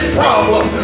problem